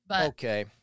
okay